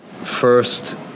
first